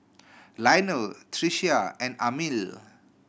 Lionel Tricia and Amil